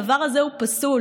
הדבר הזה הוא פסול.